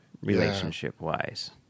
relationship-wise